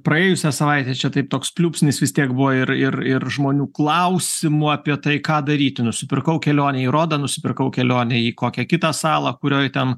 praėjusią savaitę čia taip toks pliūpsnis vis tiek buvo ir ir ir žmonių klausimų apie tai ką daryti nusipirkau kelionę į rodą nusipirkau kelionę į kokią kitą salą kurioj ten